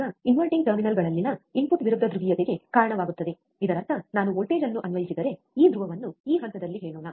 ಈಗ ಇನ್ವರ್ಟಿಂಗ್ ಟರ್ಮಿನಲ್ಗಳಲ್ಲಿನ ಇನ್ಪುಟ್ ವಿರುದ್ಧ ಧ್ರುವೀಯತೆಗೆ ಕಾರಣವಾಗುತ್ತದೆ ಇದರರ್ಥ ನಾನು ವೋಲ್ಟೇಜ್ ಅನ್ನು ಅನ್ವಯಿಸಿದರೆ ಈ ಧ್ರುವವನ್ನು ಈ ಹಂತದಲ್ಲಿ ಹೇಳೋಣ